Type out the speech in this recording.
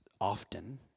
often